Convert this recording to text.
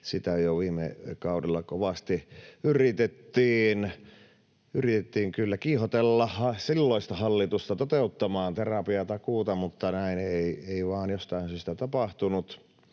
Sitä jo viime kaudella kovasti yritettiin, yritettiin kyllä kiihotella silloista hallitusta toteuttamaan terapiatakuuta, mutta näin ei vaan jostain syystä tapahtunut,